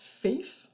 faith